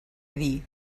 dir